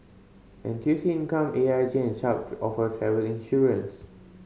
N T U C Income A I G and Chubb offer travel insurance